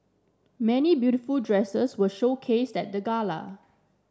many beautiful dresses were showcased at the gala